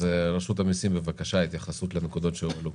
אז, רשות המיסים, בבקשה, התייחסות לנקודות שהועלו.